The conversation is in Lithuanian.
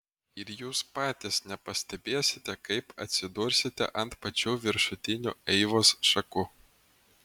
ir jūs patys nepastebėsite kaip atsidursite ant pačių viršutinių eivos šakų